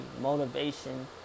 motivation